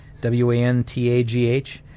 W-A-N-T-A-G-H